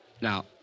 Now